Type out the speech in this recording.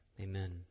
Amen